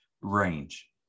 range